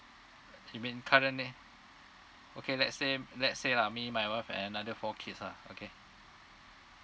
I mean currently okay let's say let's say lah me my wife and another four kids lah okay